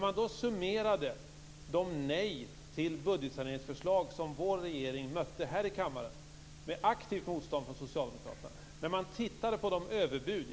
Man summerade då de nej till budgetsaneringsförslag som vår regering mötte här i kammaren, med aktivt motstånd från Socialdemokraterna. Man tittade på de överbud som gjordes.